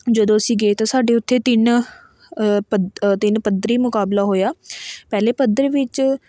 ਜਦੋਂ ਅਸੀਂ ਗਏ ਤਾਂ ਸਾਡੇ ਉੱਥੇ ਤਿੰਨ ਪੱਧ ਤਿੰਨ ਪੱਧਰੀ ਮੁਕਾਬਲਾ ਹੋਇਆ ਪਹਿਲੇ ਪੱਧਰ ਵਿੱਚ